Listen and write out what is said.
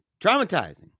Traumatizing